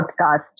podcast